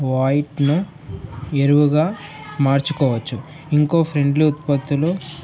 వాయిట్ను ఎరువుగా మార్చుకోవచ్చు ఇంకో ఫ్రెండ్లీ ఉత్పత్తులు